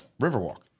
Riverwalk